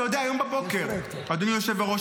אדוני היושב-ראש,